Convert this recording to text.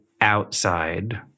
outside